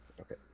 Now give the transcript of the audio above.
okay